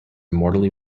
mortally